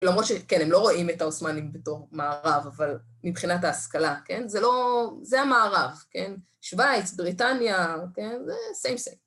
למרות שכן, הם לא רואים את העוסמאנים בתור מערב, אבל מבחינת ההשכלה, כן? זה לא... זה המערב, כן? שוויץ, בריטניה, כן? זה סיים סיים.